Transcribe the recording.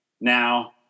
now